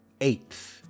Eighth